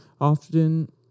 often